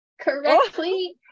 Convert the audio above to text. correctly